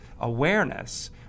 awareness